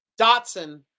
Dotson